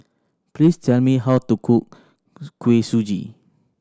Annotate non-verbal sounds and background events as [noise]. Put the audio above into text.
please tell me how to cook [unintelligible] Kuih Suji